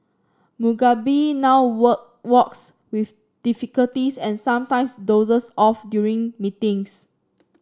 Mugabe now work walks with difficulties and sometimes dozes off during meetings